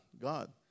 God